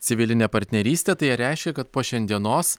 civilinę partnerystę tai ar reiškia kad po šiandienos